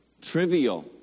trivial